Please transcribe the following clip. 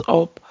up